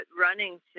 running